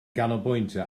canolbwyntio